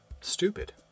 stupid